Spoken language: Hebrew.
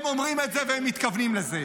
הם אומרים את זה והם מתכוונים לזה.